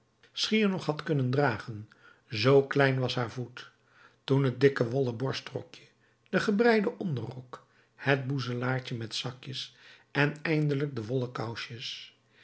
schier nog had kunnen dragen zoo klein was haar voet toen het dikke wollen borstrokje den gebreiden onderrok het boezelaartje met zakjes en eindelijk de wollen kousjes